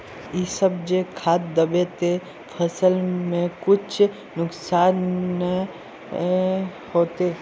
इ सब जे खाद दबे ते फसल में कुछ नुकसान ते नय ने होते